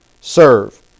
serve